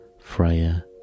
Freya